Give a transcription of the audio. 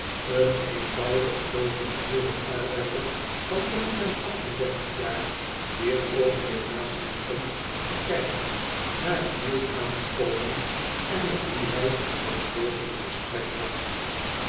een eenvoudige blozende boerenarbeider van omtrent acht en dertig jaar die een oogenblik naast hem stond te kijken naar de nieuw aankomenden en met wien hij het volgende gesprek had